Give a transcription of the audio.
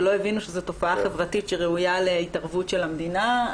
ולא הבינו שזו תופעה חברתית שראויה להתערבות של המדינה.